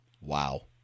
Wow